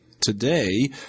today